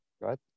right